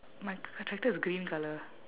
my my tractor is green colour